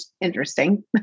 interesting